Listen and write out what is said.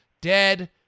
dead